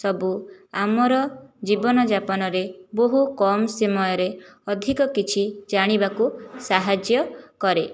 ସବୁ ଆମର ଜୀବନଯାପନରେ ବହୁ କମ୍ ସମୟରେ ଅଧିକ କିଛି ଜାଣିବାକୁ ସାହାଯ୍ୟ କରେ